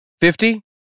Fifty